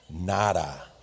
Nada